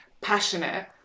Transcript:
passionate